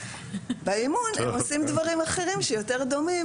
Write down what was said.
באימון הם עושים דברים אחרים שיותר דומים